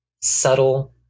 subtle